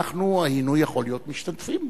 יכול להיות שהיינו משתתפים בו.